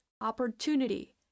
opportunity